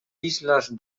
islas